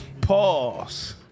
Pause